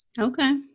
Okay